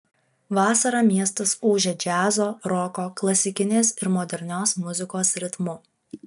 vasarą miestas ūžia džiazo roko klasikinės ir modernios muzikos ritmu